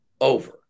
over